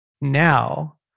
Now